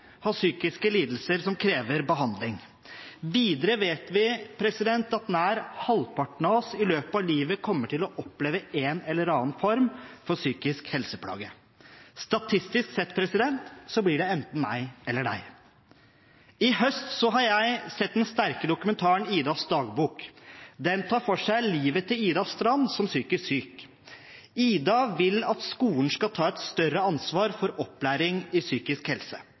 har psykiske lidelser som krever behandling. Videre vet vi at nær halvparten av oss i løpet av livet kommer til å oppleve en eller annen form for psykisk helseplage. Statistisk sett blir det enten meg eller deg. I høst har jeg sett den sterke dokumentaren «Idas dagbok». Den tar for seg Ida Storms liv som psykisk syk. Ida vil at skolen skal ta et større ansvar for opplæring i psykisk helse.